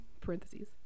parentheses